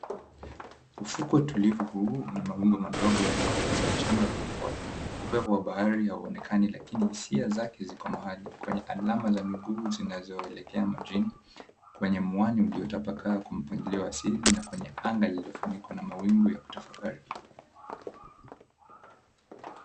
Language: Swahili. Ufukwe tulivu huu una mawingu madogo yanayoguza mchanga kwa upole, upepo wa bahari hauonekani lakini hisia zake ziko mahali kwenye alama za mguu zinazoelekea majini kwenye mwanya uliotapaka kwa mpangilio wa asili na kwenye anga uliyofunikwa na mawingu ya kutafakari.